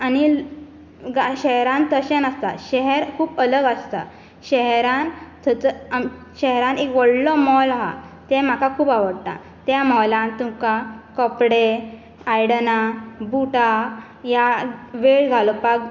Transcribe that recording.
गा शहरान तशें नासता शहर खूब अलग आसता शहरान थंयसर आम शहरा एक व्हडलो मॉल आसा तें म्हाका खूब आवडटा त्या मॉलान तुमकां कपडे आयडनां बुटां ह्या वेळ घालोवपाक